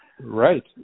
Right